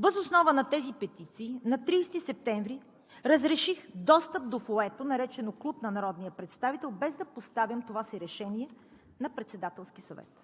Въз основа на тези петиции на 30 септември разреших достъп до фоайето, наречено Клуб на народния представител, без да поставям това си решение на Председателски съвет.